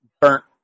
burnt